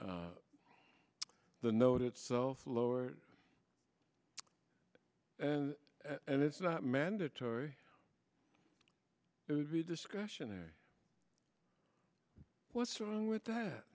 d the note itself lowered and and it's not mandatory it would be discretionary what's wrong with that